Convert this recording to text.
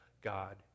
God